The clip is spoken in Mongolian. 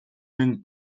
минь